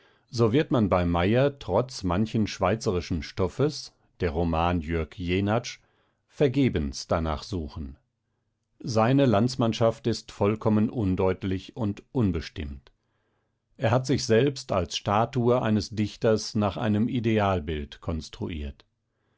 so wird man bei meyer trotz manchen schweizerischen stoffes der roman jürg jenatsch vergebens danach suchen seine landsmannschaft ist undeutlich und unbestimmt er hat sich selbst als statue eines dichters nach einem idealbild konstruiert